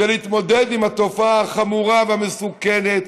להתמודדות עם התופעה החמורה והמסוכנת,